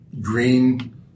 green